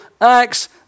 acts